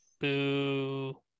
Boo